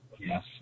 Yes